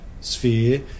sphere